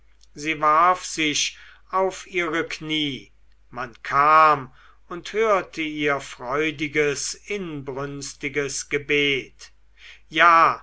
sie warf sich auf ihre knie man kam und hörte ihr freudiges inbrünstiges gebet ja